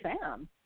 Sam